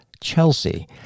Chelsea